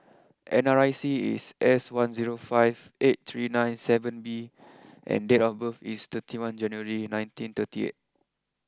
N R I C is S one zero five eight three nine seven B and date of birth is thirty one January nineteen thirty eight